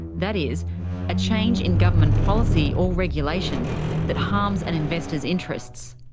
that is a change in government policy or regulation that harms an investor's interests.